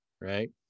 right